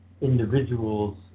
individuals